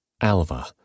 Alva